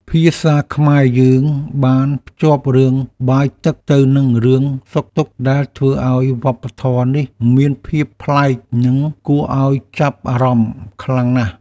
ភាសាខ្មែរយើងបានភ្ជាប់រឿងបាយទឹកទៅនឹងរឿងសុខទុក្ខដែលធ្វើឱ្យវប្បធម៌នេះមានភាពប្លែកនិងគួរឱ្យចាប់អារម្មណ៍ខ្លាំងណាស់។